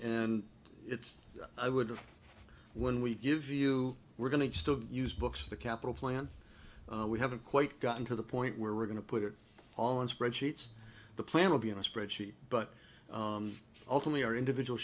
and it's i would have when we give you we're going to still use books the capital plan we haven't quite gotten to the point where we're going to put it all in spreadsheets the plan will be in a spreadsheet but ultimately our individual